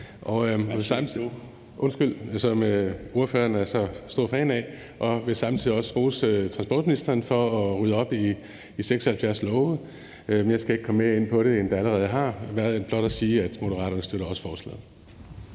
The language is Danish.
undskyld, som ordføreren er blevet så stor fan af. Jeg vil samtidig også rose transportministeren for at rydde op i 76 love. Jeg skal ikke komme mere ind på det, men blot sige, at Moderaterne også støtter forslaget.